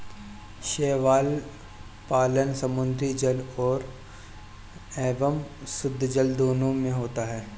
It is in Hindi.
शैवाल पालन समुद्री जल एवं शुद्धजल दोनों में होता है